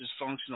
dysfunctional